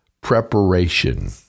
preparation